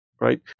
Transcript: right